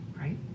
Right